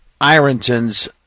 Ironton's